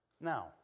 Now